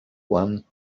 one